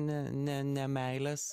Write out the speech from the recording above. ne ne ne meilės